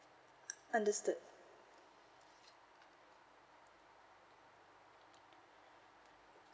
understood